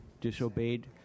disobeyed